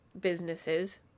businesses